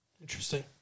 Interesting